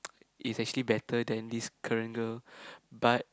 is actually better than this current girl but